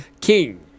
King